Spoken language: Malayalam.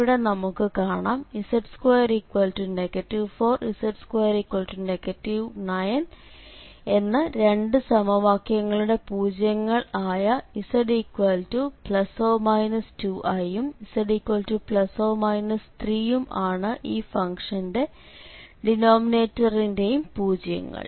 ഇവിടെ നമുക്ക് കാണാം z2 4 z2 9 എന്ന രണ്ട് സമവാക്യങ്ങളുടെ പൂജ്യങ്ങൾ ആയ z±2i യും z±3i ആണ് ഈ ഫംഗ്ഷന്റെ ഡിനോമിനേറ്ററിന്റെയും പൂജ്യങ്ങൾ